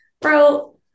bro